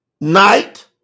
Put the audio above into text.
night